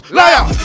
liar